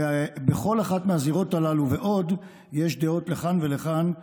בכל אחת מהזירות הללו יש דעות לכאן ולכאן,